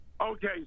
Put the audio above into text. Okay